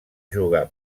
jugar